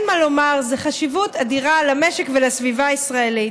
אין מה לומר, חשיבות אדירה למשק ולסביבה הישראלית.